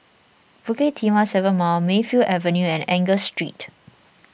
Bukit Timah seven Mile Mayfield Avenue and Angus Street